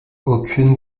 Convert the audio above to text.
aucune